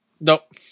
Nope